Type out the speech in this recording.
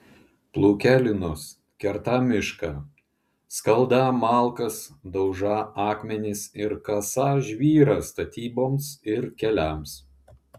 plūkią linus kertą mišką skaldą malkas daužą akmenis ir kasą žvyrą statyboms ir keliams